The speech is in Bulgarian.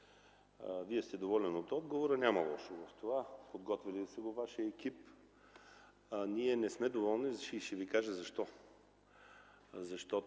Вие сте доволен от отговора – няма лошо в това. Подготвил го е Вашият екип. Ние не сме доволни и ще Ви кажа защо.